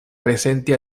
prezenti